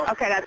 Okay